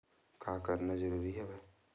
का करना जरूरी हवय?